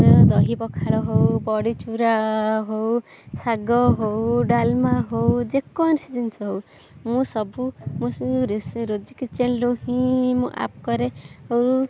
ଦହି ପଖାଳ ହଉ ବଢ଼ି ଚୂରା ହଉ ଶାଗ ହଉ ଡାଲମା ହଉ ଯେକୌଣସି ଜିନିଷ ହଉ ମୁଁ ସବୁ ମୁଁ ସେଇ ରେସ ରୋଜି କିଚେନରୁ ହିଁ ମୁଁ ଆପ କରେ ଆଉ